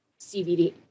CBD